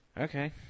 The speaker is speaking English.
Okay